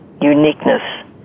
uniqueness